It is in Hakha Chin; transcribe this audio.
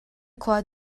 khua